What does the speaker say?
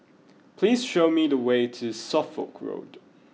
please show me the way to Suffolk Road